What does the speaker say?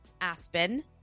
Aspen